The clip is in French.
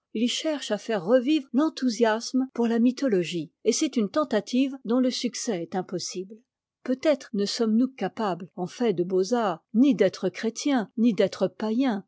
il cherche à faire revivre l'enthousiasme pour la mythologie et c'est une tentative dont le succès est impossible peut-être ne sommes-nous capables en fait de beaux-arts ni d'être chrétiens ni d'être païens